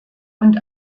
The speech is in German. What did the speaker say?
und